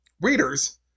readers